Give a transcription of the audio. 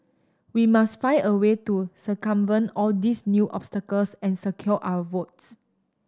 we must find a way to circumvent all these new obstacles and secure our votes